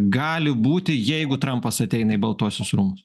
gali būti jeigu trampas ateina į baltuosius rūmus